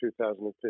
2015